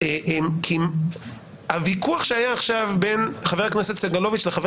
כי הוויכוח שהיה עכשיו בין חבר הכנסת סגלוביץ' לחבר